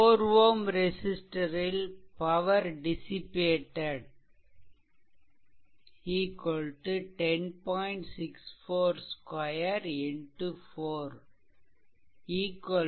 4 Ω resistor ல் power dissipated 10